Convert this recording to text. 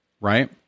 right